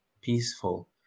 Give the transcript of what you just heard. peaceful